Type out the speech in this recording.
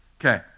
Okay